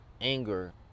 anger